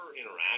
interact